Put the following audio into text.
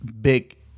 big